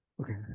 Okay